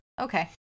Okay